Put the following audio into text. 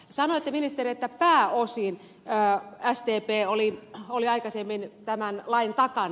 sanoitte ministeri että pääosin sdp oli aikaisemmin tämän lain takana